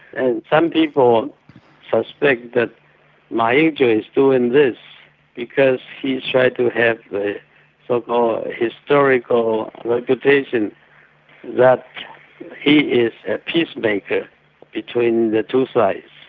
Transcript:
and some people suspect that ma ying-jeou is doing this because he's trying to have a so-called historical reputation that he is a peacemaker between the two sides.